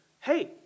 hey